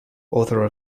author